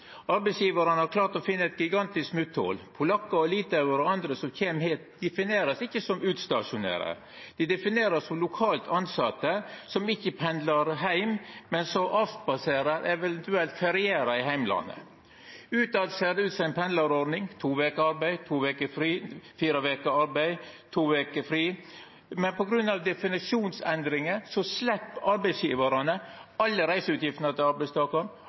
har arbeidsgjevarane klart å finne eit gigantisk smotthol. Polakkar, litauarar og andre som kjem hit, vert ikkje definerte som utstasjonerte; dei vert definerte som lokalt tilsette som ikkje pendlar heim, men som avspaserer, eventuelt ferierer i heimlandet. Utetter ser det ut som ei pendlarordning: to veker arbeid, to veker fri – fire veker arbeid, to veker fri. Men på grunn av definisjonsendringar slepp arbeidsgjevarane alle reiseutgiftene til